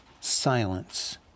silence